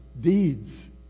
deeds